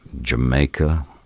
Jamaica